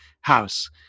house